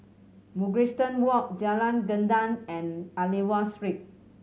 Mugliston Walk Jalan Gendang and Aliwal Street